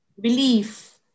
belief